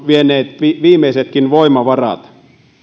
vieneet viimeisetkin voimavarat